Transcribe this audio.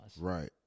Right